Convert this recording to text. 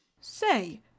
Say